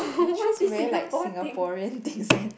you choose very like Singaporean things eh